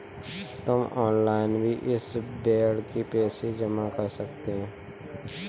तुम ऑनलाइन भी इस बेड के पैसे जमा कर सकते हो